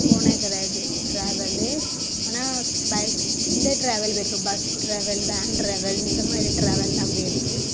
போனது கிடையாது ட்ராவல்லு ஆனால் பைக் இந்த ட்ராவல் போய்ருக்கு பஸ் ட்ராவல் வேன் ட்ராவல் இந்த மாதிரி ட்ராவலெல்லாம் போயிருக்குது